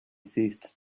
ceased